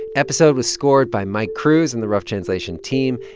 episode was scored by mike cruz and the rough translation team.